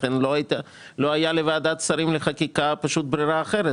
לכן לא הייתה לוועדת שרים לחקיקה ברירה אחרת.